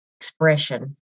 expression